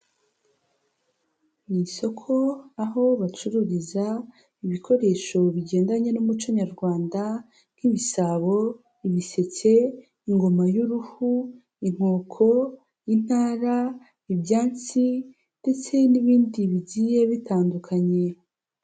Ni isoko aho bacururiza ibikoresho bigendanye n'umuco nyarwanda nk'ibisabo, ibiseke, ingoma y'uruhu, inkoko, intara, ibyansi ndetse n'ibindi bigiye bitandukanye.